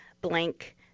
blank